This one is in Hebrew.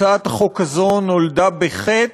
הצעת החוק הזו נולדה בחטא,